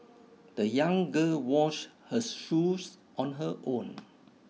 the young girl washed her shoes on her own